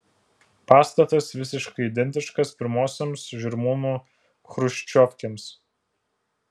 pastatas visiškai identiškas pirmosioms žirmūnų chruščiovkėms